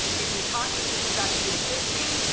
they've been taught that this is actually a good thing,